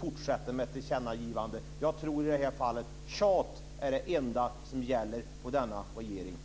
fortsätter inte med ett tillkännagivande. I det här fallet tror jag att tjat är det enda som biter på regeringen.